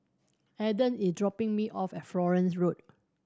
adan is dropping me off at Florence Road